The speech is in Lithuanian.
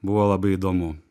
buvo labai įdomu